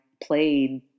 played